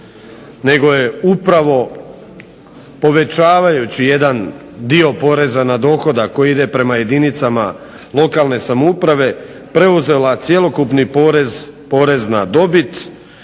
nego je upravo povećavajući jedan dio poreza na dohodak koji ide prema jedinicama lokalne samouprave preuzela cjelokupni porez, porez